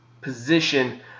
position